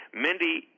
Mindy